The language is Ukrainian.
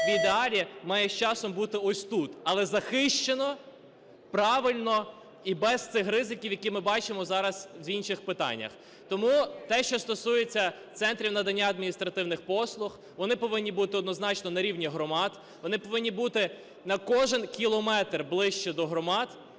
в ідеалі має з часом бути ось тут, але захищено, правильно і без цих ризиків, які ми бачимо зараз в інших питаннях. Тому те, що стосується центрів надання адміністративних послуг, вони повинні бути однозначно на рівні громад, вони повинні бути на кожен кілометр ближче до громад